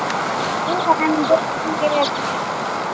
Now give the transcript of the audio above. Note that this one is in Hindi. ठीक है हम देखेंगे